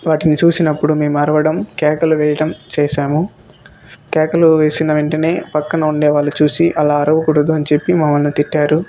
వాటిని చూసినప్పుడు మేము అరవడం కేకలు వేయడం చేసాము కేకలు వేసిన వెంటనే పక్కన ఉండే వాళ్ళు చూసి అలా అరవకూడదు అని చెప్పి మమ్మల్ని తిట్టారు